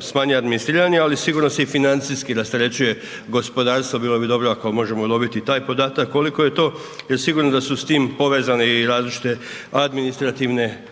smanjuje administriranje, ali sigurno se i financijski rasterećuje gospodarstvo, bilo bi dobro ako možemo dobiti i taj podatak, koliko je to sigurno da su s tim povezani i različite administrativne